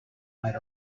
might